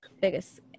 biggest